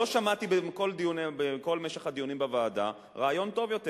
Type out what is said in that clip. לא שמעתי בכל משך הדיונים בוועדה רעיון טוב יותר.